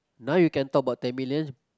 now you can talk about ten millions